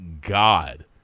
God